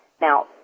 Now